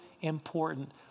important